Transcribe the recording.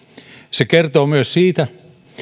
se kertoo myös siitä